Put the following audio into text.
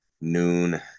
noon